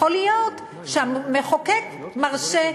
יכול להיות שהמחוקק מרשה.